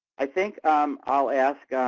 i think i'll ask